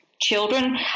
children